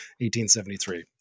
1873